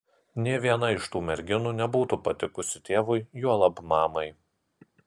nė viena iš tų merginų nebūtų patikusi tėvui juolab mamai